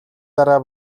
дараа